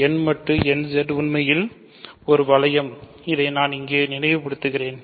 Z மட்டு nZ உண்மையில் ஒரு வளையம் இதை நான் இங்கே நினைவுபடுத்துகிறென்